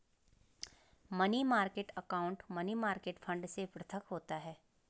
money market account money market fund से पृथक होता है